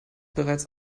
bereits